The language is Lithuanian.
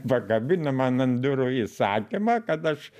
pakabino man ant durų įsakymą kad aš